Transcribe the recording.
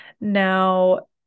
Now